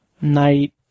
night